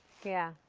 yeah.